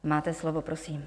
Máte slovo, prosím.